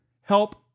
help